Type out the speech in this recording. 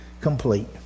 complete